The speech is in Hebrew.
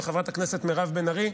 לחברת הכנסת מירב בן ארי,